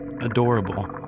adorable